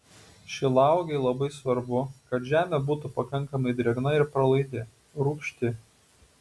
šilauogei labai svarbu kad žemė būtų pakankamai drėgna ir pralaidi rūgšti